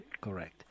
correct